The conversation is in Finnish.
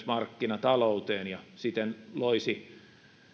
markkinatalouteen ja siten loisi